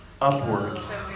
upwards